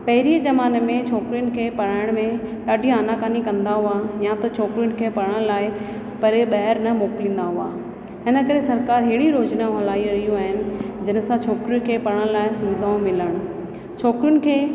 पहिरें ज़माने में छोकिरियुनि खे पढ़ाइण में ॾाढी आनाकानी कंदा हुआ या त छोकिरीयुनि खे पढ़ण लाइ बैर न मोकिलींदा हुआ हिन करे सरकार अहिड़ियूं योजना हलाए रहियूं आहिनि जंहिंसां छोकिरीयुनि खे पढ़ण लाइ सुविधाऊं मिलनि छोकिरियुन खे